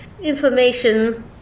information